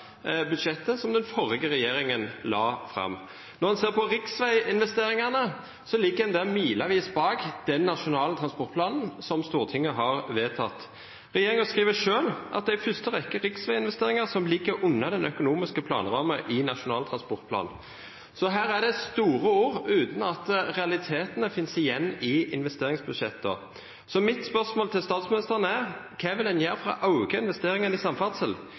budsjettet som den forrige regjeringen la fram. Når en ser på riksveiinvesteringene, ligger en der milevis bak den nasjonale transportplanen som Stortinget har vedtatt. Regjeringen skriver selv at det er i første rekke riksveiinvesteringer som ligger under den økonomiske planrammen i Nasjonal transportplan, så her er det store ord uten at realitetene finnes igjen i investeringsbudsjetter. Mitt spørsmål til statsministeren er: Hva vil en gjøre for å øke investeringene i samferdsel,